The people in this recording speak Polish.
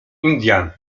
indian